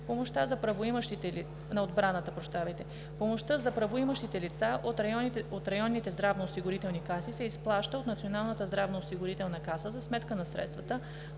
Помощта за правоимащите лица от районните здравноосигурителни каси се изплаща от Националната здравноосигурителна каса за сметка на средства,